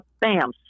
bam